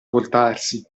voltarsi